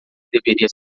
deveria